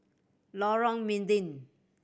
Lorong Mydin